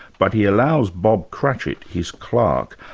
but he allows bob cratchett, his clerk,